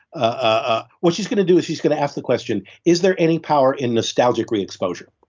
ah what she's going to do is she's going to ask the question, is there any power in nostalgic re-exposure?